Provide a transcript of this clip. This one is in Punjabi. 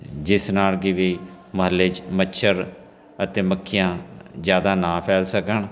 ਜਿਸ ਨਾਲ ਕਿ ਵੀ ਮੁਹੱਲੇ 'ਚ ਮੱਛਰ ਅਤੇ ਮੱਖੀਆਂ ਜ਼ਿਆਦਾ ਨਾ ਫੈਲ ਸਕਣ